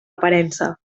aparença